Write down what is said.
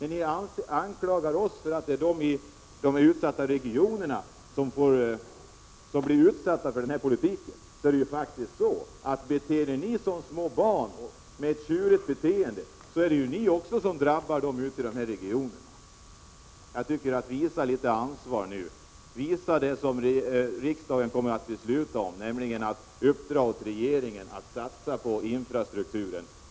Ni anklagar oss för att människorna i de utsatta regionerna drabbas av den Prot. 1986/87:128 här politiken. Men beter ni er som tjuriga små barn, så är det ni som åstadkommer att människorna drabbas. Jag tycker att ni skall visa litet ansvar och ansluta er till det beslut som riksdagen kommer att fatta, nämligen att uppdra åt regeringen att satsa på infrastrukturen.